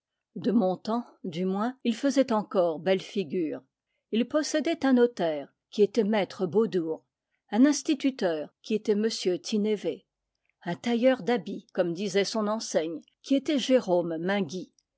de mon temps du moins il faisait encore belle figure il possédait un notaire qui était maître beaudour un insti tuteur qui était m tynévez un tailleur d'habits comme disait son enseigne qui était jérôme mainguy